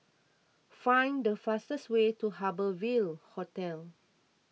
find the fastest way to Harbour Ville Hotel